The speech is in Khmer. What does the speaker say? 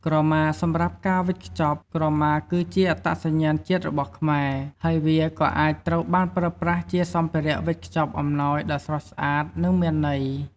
ក្រមាសម្រាប់ការវេចខ្ចប់ ក្រមាគឺជាអត្តសញ្ញាណជាតិរបស់ខ្មែរ ហើយវាក៏អាចត្រូវបានប្រើប្រាស់ជាសម្ភារៈវេចខ្ចប់អំណោយដ៏ស្រស់ស្អាត និងមានន័យ។